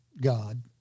God